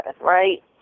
right